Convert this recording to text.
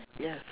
ya